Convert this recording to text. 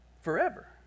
forever